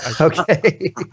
Okay